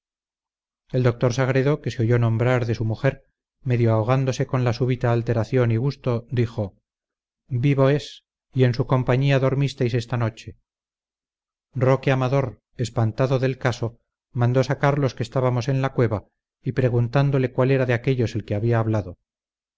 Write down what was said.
el doctor sagredo que se oyó nombrar de su mujer medio ahogándose con la súbita alteración y gusto dijo vivo es y en su compañía dormisteis esta noche roque amador espantado del caso mandó sacar los que estábamos en la cueva y preguntándole cuál era de aquellos el que había hablado